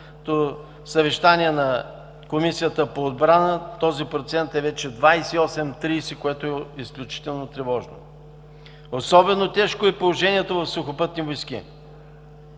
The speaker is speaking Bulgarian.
съвещание на Комисията по отбрана – този процент е вече 28 – 30, което е изключително тревожно. Особено тежко е положението в Сухопътни войски.